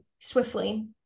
Swiftly